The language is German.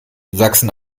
sachsen